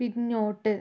പിന്നോട്ട്